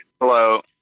Hello